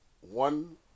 one